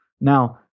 Now